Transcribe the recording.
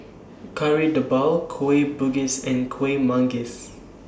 Kari Debal Kueh Bugis and Kueh Manggis